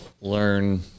learn